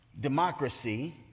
democracy